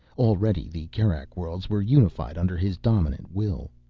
already the kerak worlds were unified under his dominant will.